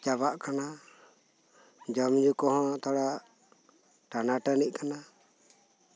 ᱪᱟᱵᱟᱜ ᱠᱟᱱᱟ ᱡᱚᱢᱼᱧᱩ ᱠᱚᱦᱚᱸ ᱛᱷᱚᱲᱟ ᱴᱟᱱᱟᱼᱴᱟᱱᱤᱜ ᱠᱟᱱᱟ